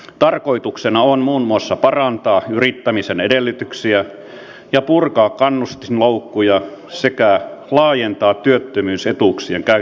tarkoituksena on muun muassa parantaa yrittämisen edellytyksiä ja purkaa kannustinloukkuja sekä laajentaa työttömyysetuuksien käyttötarkoitusta